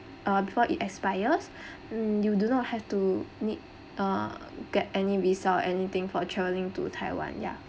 uh before it expires um you do not have to need uh get any visa or anything for travelling to taiwan ya